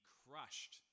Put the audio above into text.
crushed